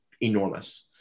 enormous